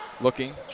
Looking